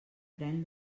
pren